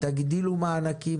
תגדילו מענקים,